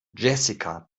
jessica